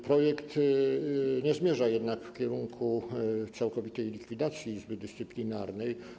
Projekt nie zmierza jednak w kierunku całkowitej likwidacji Izby Dyscyplinarnej.